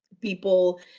People